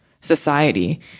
society